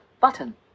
button